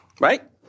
right